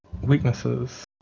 weaknesses